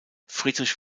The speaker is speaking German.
friedrich